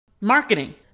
Marketing